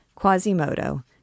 Quasimodo